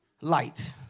Light